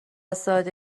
ساده